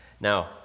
Now